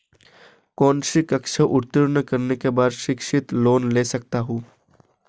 कौनसी कक्षा उत्तीर्ण करने के बाद शिक्षित लोंन ले सकता हूं?